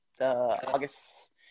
August